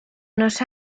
unos